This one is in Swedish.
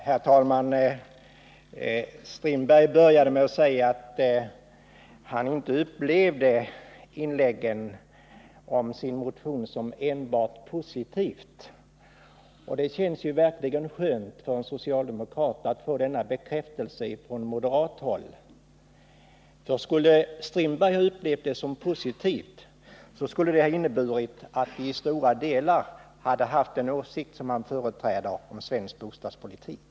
Herr talman! Per-Olof Strindberg började sitt anförande med att säga att han inte upplevde debattinläggen om sin motion som enbart positiva. Det känns verkligen skönt för en socialdemokrat att få denna bekräftelse från moderat håll. Om Per-Olof Strindberg skulle ha upplevt debatten som positiv skulle det ha inneburit att vi socialdemokrater i många avseenden delat den åsikt som Per-Olof Strindberg företräder när det gäller svensk bostadspolitik.